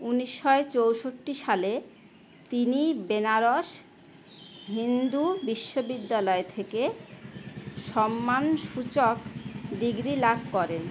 উনিশয় চৌষট্টি সালে তিনি বেনারস হিন্দু বিশ্ববিদ্যালয় থেকে সম্মানসূচক ডিগ্রি লাভ করেন